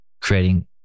creating